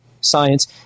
science